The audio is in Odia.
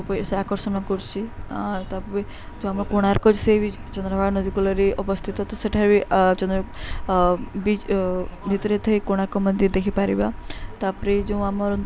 ସେ ଆକର୍ଷଣ କରୁଛିି ତା'ପରେ ଯେଉଁ ଆମ କୋଣାର୍କ ସେଇ ଚନ୍ଦ୍ର ଭାଗା ନଦୀ କୂଳରେ ଅବସ୍ଥିତ ତ ସେଠାରେ ଚନ୍ଦ୍ର ବିଚ୍ ଭିତରେ ଥାଇ କୋଣାର୍କ ମନ୍ଦିର ଦେଖିପାରିବା ତା'ପରେ ଯେଉଁ ଆମର